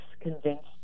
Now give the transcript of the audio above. convinced